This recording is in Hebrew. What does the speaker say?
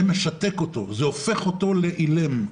זה משתק אותו, זה הופך אותו לאילם.